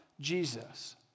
Jesus